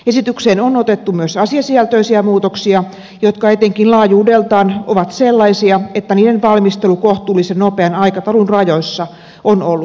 esitykseen on otettu myös asiasisältöisiä muutoksia jotka etenkin laajuudeltaan ovat sellaisia että niiden valmistelu kohtuullisen nopean aikataulun rajoissa on ollut mahdollista